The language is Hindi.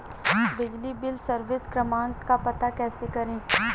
बिजली बिल सर्विस क्रमांक का पता कैसे करें?